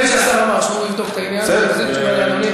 נדמה לי שהשר אמר שהוא יבדוק את העניין ויחזיר תשובה.